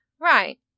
Right